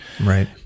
right